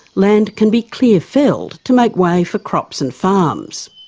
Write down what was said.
land can be clear-felled to make way for crops and farms.